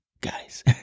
guys